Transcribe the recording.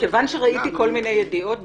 כיוון שראיתי כל מיני ידיעות,